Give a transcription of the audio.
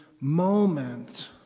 moment